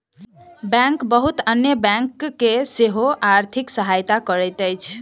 bank बहुत अन्य bank के सेहो आर्थिक सहायता करैत अछि